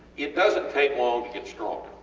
it doesnt take long to get strong